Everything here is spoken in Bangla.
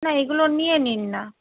না এইগুলো নিয়ে নিন না